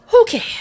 Okay